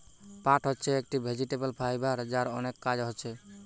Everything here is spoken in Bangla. পাট হচ্ছে একটি ভেজিটেবল ফাইবার যার অনেক কাজ হচ্ছে